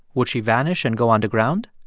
would she vanish and go underground?